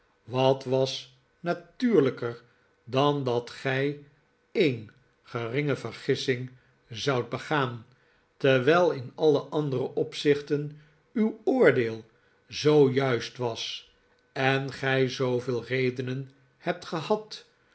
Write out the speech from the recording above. wat was natuurlijker dan dat gij een geringe vergissing zoudt begaan terwijl in alle andere opzichten uw oordeel zoo juist was en gij zooveel redenen hebt gehad